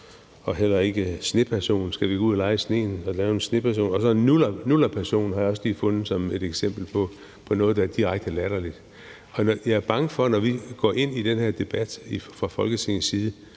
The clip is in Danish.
og heller sneperson. Skal vi gå ud og lege i sneen og lave en sneperson? Nullerperson har jeg også lige fundet som et eksempel på noget, der er direkte latterligt. Jeg er bange for, at når vi går ind i den her debat fra Folketingets side,